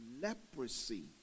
leprosy